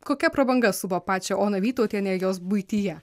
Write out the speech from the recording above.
kokia prabanga supo pačią oną vytautienę jos buityje